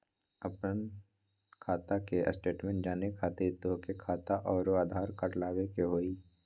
आपन खाता के स्टेटमेंट जाने खातिर तोहके खाता अऊर आधार कार्ड लबे के होइ?